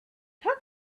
how